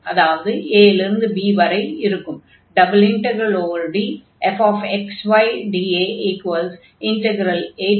அதாவது a இலிருந்து b வரை இருக்கும்